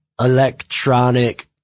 electronic